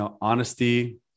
honesty